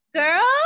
Girl